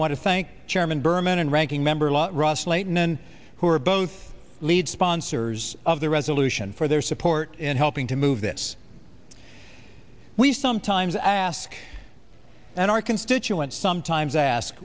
want to thank chairman berman and ranking member ross slate and then who are both lead sponsors of the resolution for their support in helping to move this we sometimes ask and our constituents sometimes ask